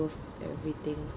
worth everything